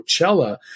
Coachella